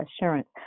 Assurance